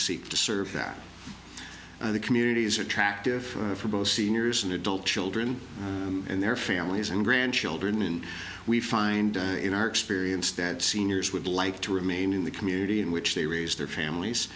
seek to serve that the communities are attractive for both seniors and adult children and their families and grandchildren and we find in our experience that seniors would like to remain in the community in which they raise their families